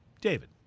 David